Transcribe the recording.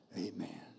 Amen